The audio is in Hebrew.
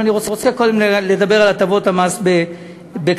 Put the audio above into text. אבל אני רוצה קודם לדבר על הטבות המס, בקצרה.